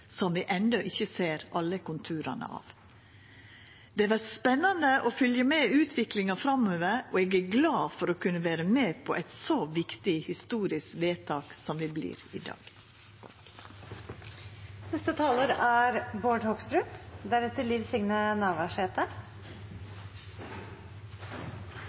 som vi enno ikkje ser alle konturane av. Det vert spennande å følgja utviklinga framover, og eg er glad for å kunna vera med på eit så viktig historisk vedtak som det vert i dag. Ikke er